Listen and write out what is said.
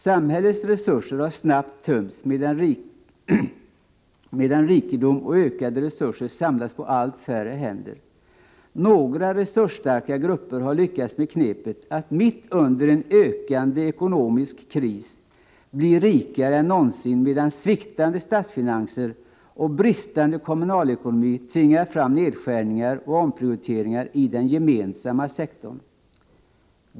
Samhällets resurser har snabbt tömts, medan rikedom och ökade resurser samlats på allt färre händer. Några resursstarka grupper har lyckats med knepet att mitt under en ökande ekonomisk kris bli rikare än någonsin, medan sviktande statsfinanser och bristande kommunalekonomi tvingar fram nedskärningar och omprioriteringar i den gemensamma sektorn.